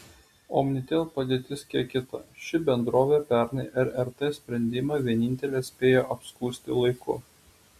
omnitel padėtis kiek kita ši bendrovė pernai rrt sprendimą vienintelė spėjo apskųsti laiku